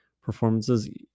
performances